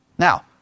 Now